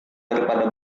daripada